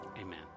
Amen